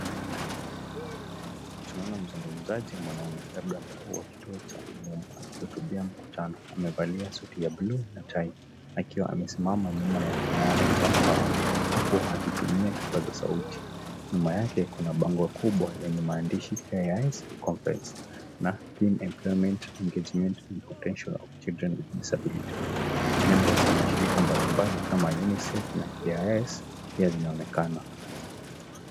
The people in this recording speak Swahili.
Tunaona mzungumzaji mwanaume labda mkuu wa kituo cha, akihutubia mkutano. Amevalia suti ya bluu na tai. Akiwa amesimama nyuma ya kinara cha mbao, huku akitumia kipaza sauti. Nyuma yake kuna bango kubwa lenye maandishi KIS Conference, na Team employment, Engagement, and Potential of Children with Disability . Nembo za mashirika mbali mbali kama UNICEF na KIS, pia zinaonekana.